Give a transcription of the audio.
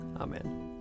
Amen